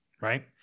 Right